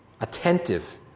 Attentive